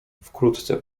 wkrótce